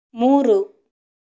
ಮೂರು